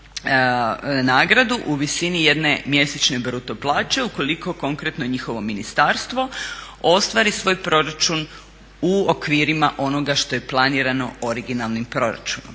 u visini jedne mjesečne bruto plaće ukoliko konkretno njihovo ministarstvo ostvari svoj proračunu u okvirima onoga što je planirano originalnim proračunom.